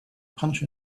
punch